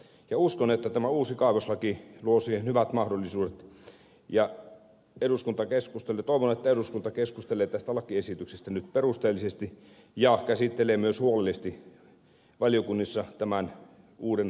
uskon että tämä uusi kaivoslaki luo siihen hyvät mahdollisuudet ja toivon että eduskunta keskustelee tästä lakiesityksestä nyt perusteellisesti ja käsittelee myös huolellisesti valiokunnissa tämän uuden lakiesityksen